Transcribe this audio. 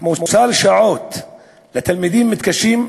כמו סל שעות לתלמידים מתקשים,